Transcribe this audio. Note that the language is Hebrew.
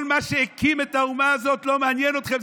כל מה שהקים את האומה הזאת, לא מעניין אתכם.